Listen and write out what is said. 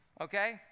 okay